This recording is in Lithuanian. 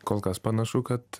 kol kas panašu kad